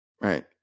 right